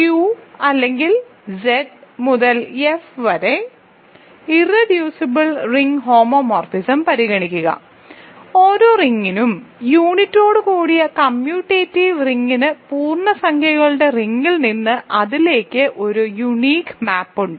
Q അല്ലെങ്കിൽ Z മുതൽ F വരെ ഇർറെഡ്യൂസിബിൾ റിംഗ് ഹോമോമോർഫിസം പരിഗണിക്കുക ഓരോ റിങ്ങിനും യൂണിറ്റിയോടുകൂടിയ കമ്മ്യൂട്ടേറ്റീവ് റിംഗിന് പൂർണ്ണസംഖ്യകളുടെ റിങ്ങിൽ നിന്ന് അതിലേക്ക് ഒരു യുണീക്ക് മാപ്പ് ഉണ്ട്